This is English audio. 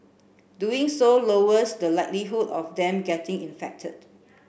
doing so lowers the likelihood of them getting infected